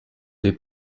dei